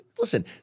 Listen